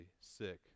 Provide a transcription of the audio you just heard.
sick